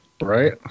Right